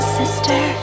sister